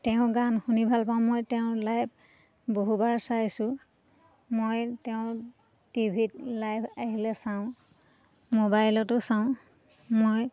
তেওঁ গান শুনি ভাল পাওঁ মই তেওঁৰ লাইভ বহুবাৰ চাইছোঁ মই তেওঁৰ টিভি ত লাইভ আহিলে চাওঁ মোবাইলতো চাওঁ মই